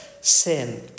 sin